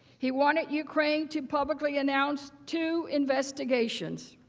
he wanted ukraine to publicly announce two investigations.